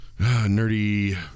nerdy